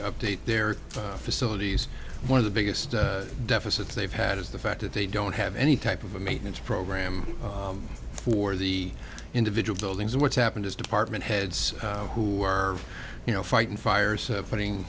to update their facilities one of the biggest deficits they've had is the fact that they don't have any type of a maintenance program for the individual buildings and what's happened is department heads who are you know fighting fires putting